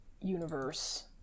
universe